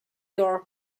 your